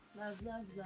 love, love.